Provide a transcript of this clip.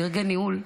בדרגי ניהול,